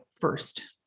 first